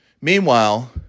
Meanwhile